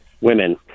women